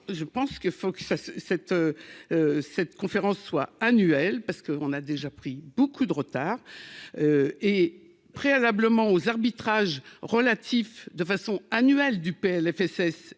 ça se cette cette conférence soit annuel parce qu'on a déjà pris beaucoup de retard et préalablement aux arbitrages relatifs de façon annuelle du PLFSS